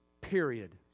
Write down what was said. period